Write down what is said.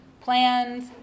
plans